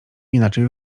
inaczej